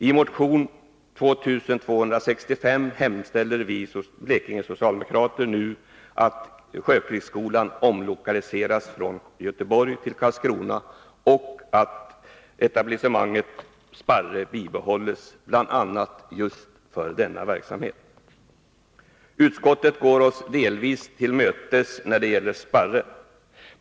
I motion 2265 hemställer vi Blekingesocialdemokrater nu att sjökrigsskolan omlokaliseras från Göteborg till Karlskrona och att etablissementet Sparre bibehålls bl.a. för just denna verksamhet. Utskottet går oss delvis till mötes när det gäller Sparre.